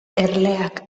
erleak